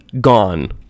gone